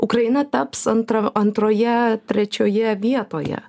ukraina taps antra antroje trečioje vietoje